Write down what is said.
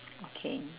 okay